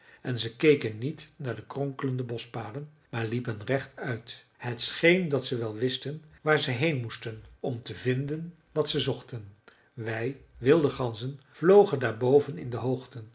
en zij keken niet naar de kronkelende boschpaden maar liepen rechtuit het scheen dat ze wel wisten waar ze heen moesten om te vinden wat ze zochten wij wilde ganzen vlogen daar boven in de hoogte